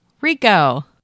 Rico